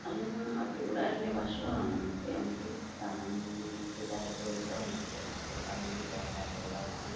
ᱟᱞᱮ ᱢᱟ ᱟᱛᱳ ᱚᱲᱟᱜ ᱨᱮᱞᱮ ᱵᱟᱥᱚᱜᱼᱟ ᱚᱱᱟᱛᱮ ᱩᱱᱠᱩ ᱫᱟᱬᱟᱱ ᱱᱤᱭᱮ ᱡᱟᱦᱟᱭ ᱠᱚ ᱦᱤᱡᱩᱜᱼᱟ ᱩᱱᱠᱩ ᱞᱟᱹᱜᱤᱫ ᱫᱚ ᱛᱟᱦᱮᱱ ᱡᱟᱭᱜᱟ ᱫᱚ ᱵᱟᱹᱱᱩᱜᱼᱟ